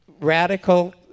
radical